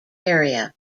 area